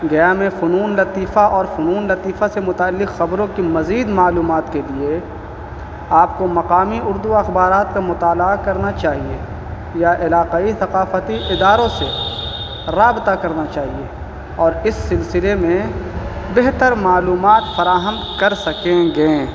گیا میں فنون لطیفہ اور فنون لطیفہ سے متعلق خبروں کی مزید معلومات کے لیے آپ کو مقامی اردو اخبارات کا مطالعہ کرنا چاہیے یا علاقائی ثقافتی اداروں سے رابطہ کرنا چاہیے اور اس سلسلے میں بہتر معلومات فراہم کر سکیں گے